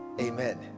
amen